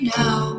now